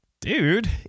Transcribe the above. dude